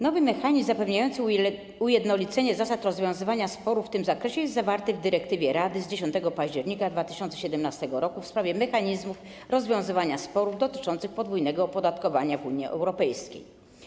Nowy mechanizm zapewniający ujednolicenie zasad rozwiązywania sporów w tym zakresie jest określony w dyrektywie Rady z 10 października 2017 r. w sprawie mechanizmów rozwiązywania sporów dotyczących podwójnego opodatkowania w Unii Europejskiej.